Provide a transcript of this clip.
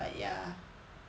but ya